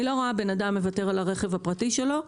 אני לא רואה אדם מוותר על הרכב הפרטי שלו,